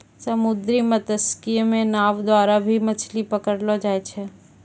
समुन्द्री मत्स्यिकी मे नाँव द्वारा भी मछली पकड़लो जाय छै